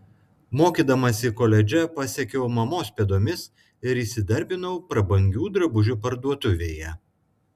mokydamasi koledže pasekiau mamos pėdomis ir įsidarbinau prabangių drabužių parduotuvėje